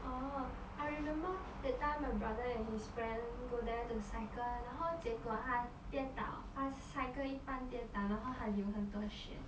orh I remember that time my brother and his friend go there to cycle 然后结果他跌倒他 cycle 一半跌倒然后他流很多血